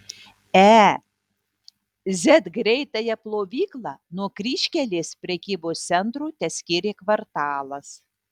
e z greitąją plovyklą nuo kryžkelės prekybos centro teskyrė kvartalas